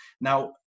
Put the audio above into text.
now